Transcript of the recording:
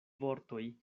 vortoj